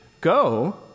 go